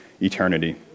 eternity